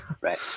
Right